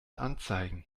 anzeigen